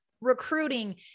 recruiting